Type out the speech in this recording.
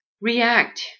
react